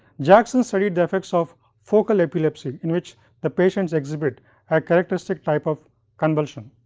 jackson studied the effects of focal epilepsy, in which the patients exhibit a characteristic type of convulsion.